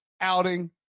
outing